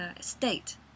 state